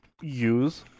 use